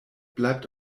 bleibt